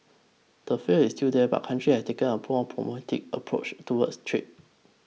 the fear is still there but countries have taken a pore pragmatic approach towards trade